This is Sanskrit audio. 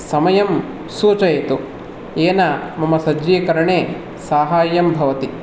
समयं सूचयतु येन मम सज्जीकरणे साहाय्यं भवति